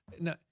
No